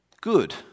good